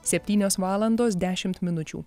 septynios valandos dešimt minučių